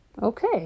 Okay